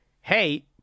hey